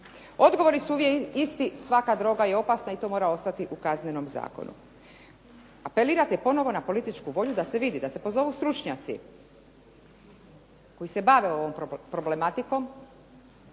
Odgovori su uvijek isti, svaka droga je opasna, i to mora ostati u Kaznenom zakonu. Apelirate ponovo na političku volju da se vidi, da se pozovu stručnjaci koji se bave ovom problematikom,